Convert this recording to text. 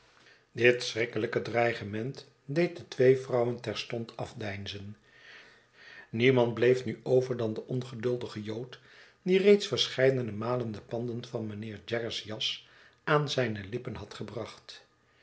dit schrikkelijke dreigement deed de twee vrouwen terstond afdeinzen niemand bleef nu over dan de ongeduldige jood die reeds verscheidene malen de panden van mynheer jaggers jas aan zijne lippen had gebracht